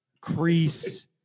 crease